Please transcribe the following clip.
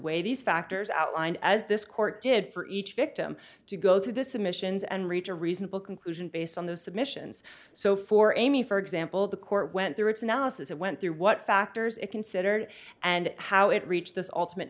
weigh these factors outlined as this court did for each victim to go through the submissions and reach a reasonable conclusion based on those submissions so for amy for example the court went through its analysis it went through what factors it considered and how it reached this ultimate